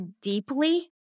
deeply